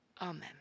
Amen